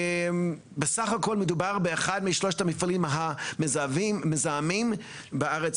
בסך הכול מדובר באחד משלושת המפעלים המזהמים בארץ,